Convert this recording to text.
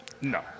No